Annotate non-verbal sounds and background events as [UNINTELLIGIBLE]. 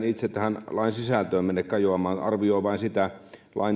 [UNINTELLIGIBLE] itse tähän lain sisältöön mene kajoamaan se arvioi sitä